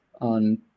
on